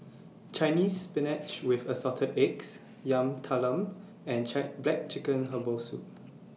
Chinese Spinach with Assorted Eggs Yam Talam and Check Black Chicken Herbal Soup